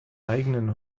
eigenen